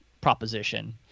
proposition